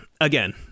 again